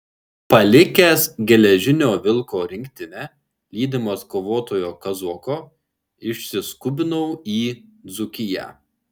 palikęs geležinio vilko rinktinę lydimas kovotojo kazoko išsiskubinau į dzūkiją